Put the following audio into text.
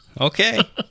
Okay